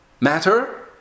matter